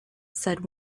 said